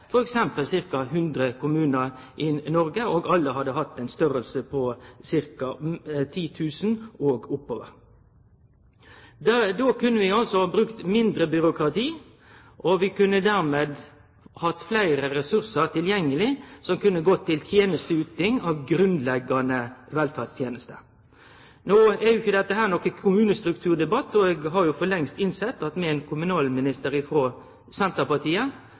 f.eks. ca. 100 kommunar i Noreg, og alle hadde hatt ein størrelse på ca. 10 000 og oppover. Då kunne vi brukt mindre byråkrati, og vi kunne dermed hatt fleire ressursar tilgjengeleg, som kunne gått til tenesteyting av grunnleggjande velferdstenester. No er ikkje dette ein debatt om kommunestruktur. Eg har for lengst innsett at med ein kommunalminister frå Senterpartiet